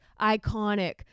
Iconic